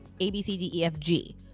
abcdefg